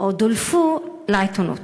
או הודלפו לעיתונות.